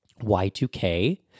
Y2K